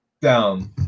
down